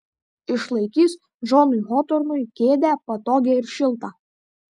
išlaikys džonui hotornui kėdę patogią ir šiltą